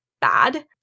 bad